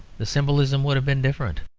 the symbolism would have been different.